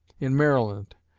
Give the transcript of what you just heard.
in maryland,